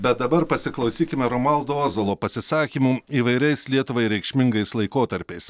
bet dabar pasiklausykime romualdo ozolo pasisakymų įvairiais lietuvai reikšmingais laikotarpiais